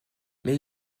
mais